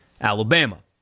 Alabama